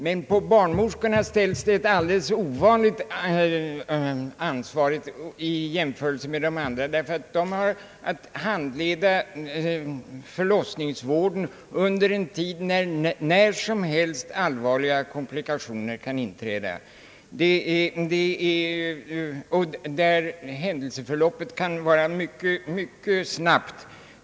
Men på barnmorskorna ställs ett ovanligt stort ansvar i jämförelse med andra, ty de har att handleda förlossningsvården under en tid, då när som helst allvarliga komplikationer kan inträda och där händelseförloppet kan vara mycket snabbt.